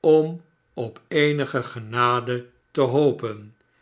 om op eenige genade te hopen